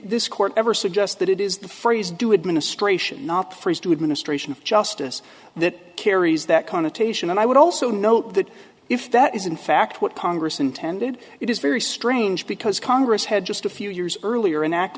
this court ever suggest that it is the phrase do administration not for his due administration of justice that carries that connotation and i would also note that if that is in fact what congress intended it is very strange because congress had just a few years earlier an act